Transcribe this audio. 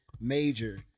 major